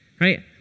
right